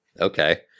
Okay